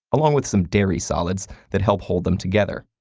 along with some dairy solids that help hold them together.